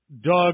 Doug